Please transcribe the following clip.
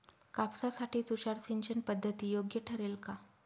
कापसासाठी तुषार सिंचनपद्धती योग्य ठरेल का?